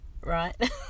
right